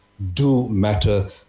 do-matter